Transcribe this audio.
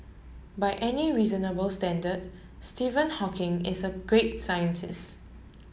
by any reasonable standard Stephen Hawking is a great scientist